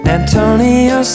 Antonio